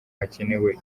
hakenewe